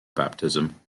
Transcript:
baptism